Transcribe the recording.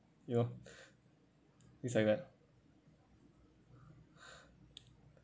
you know it's like that